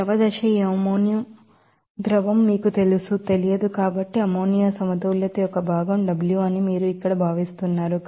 liquid phase ఈ ammonia ద్రవం మీకు తెలుసు తెలియదు కాబట్టి fraction of ammonia balance W అని మీరు ఇక్కడ భావిస్తున్నారు